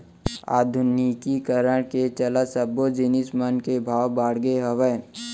आधुनिकीकरन के चलत सब्बो जिनिस मन के भाव बड़गे हावय